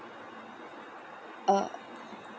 err